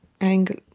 angle